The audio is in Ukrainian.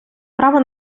право